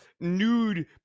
nude